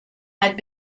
had